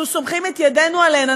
אנחנו סומכים את ידינו עליהן,